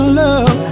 love